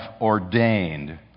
ordained